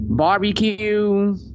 barbecue